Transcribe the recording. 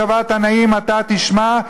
"שוועת עניים אתה תשמע,